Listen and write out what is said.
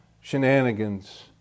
shenanigans